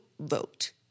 vote